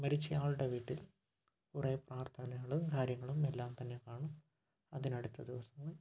മരിച്ചയാളുടെ വീട്ടിൽ കുറേ പ്രാർഥനകളും കാര്യങ്ങളും എല്ലാം തന്നെ കാണും അതിനടുത്ത ദിവസങ്ങളിൽ